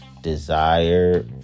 desire